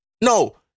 No